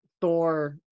Thor